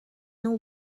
know